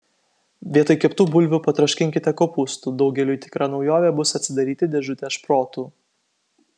vietoj keptų bulvių patroškinkite kopūstų daugeliui tikra naujovė bus atsidaryti dėžutę šprotų